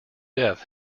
death